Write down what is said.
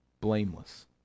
blameless